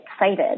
excited